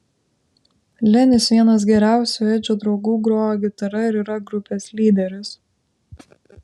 lenis vienas geriausių edžio draugų groja gitara ir yra grupės lyderis